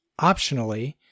optionally